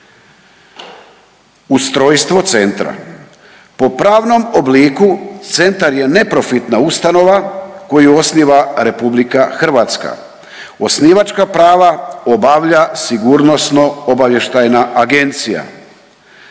Ustrojstvo centra po pravnom obliku centar je neprofitna ustanova koju osniva Republika Hrvatska. Osnivačka prava obavlja Sigurnosno-obavještajna agencija.